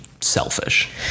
selfish